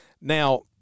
Now